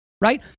Right